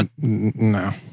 No